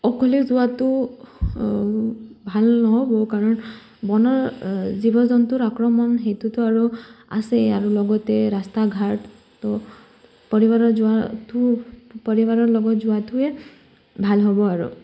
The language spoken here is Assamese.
অকলে যোৱাটো ভাল নহ'ব কাৰণ বনৰ জীৱ জন্তুৰ আক্ৰমণ সেইটোতো আৰু আছেই আৰু লগতে ৰাস্তা ঘাটতো পৰিবাৰৰ যোৱাটো পৰিবাৰৰ লগত যোৱাটোৱে ভাল হ'ব আৰু